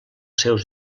seus